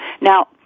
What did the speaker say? Now